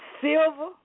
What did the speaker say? silver